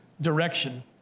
direction